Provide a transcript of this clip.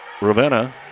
Ravenna